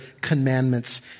commandments